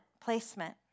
placement